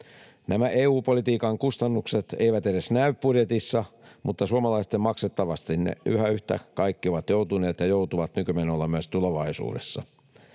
Nämä EU-politiikan kustannukset eivät edes näy budjetissa, mutta suomalaisten maksettavaksi ne yhtä kaikki ovat joutuneet ja joutuvat nykymenolla myös tulevaisuudessa.